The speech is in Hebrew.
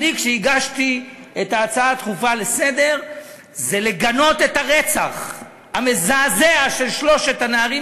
הגשתי את ההצעה הדחופה לסדר-היום כדי לגנות את הרצח המזעזע של שלושת הנערים